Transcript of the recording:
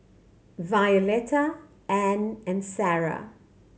Violetta Anne and Sara